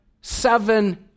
seven